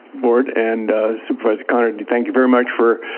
board and supervisor coonerty, thank you very much for